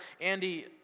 Andy